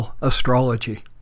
astrology